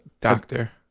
Doctor